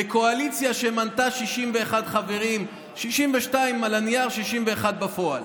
בקואליציה שמנתה 61 חברים, 62 על הנייר, 61 בפועל.